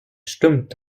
stimmt